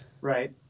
Right